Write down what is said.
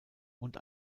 und